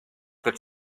that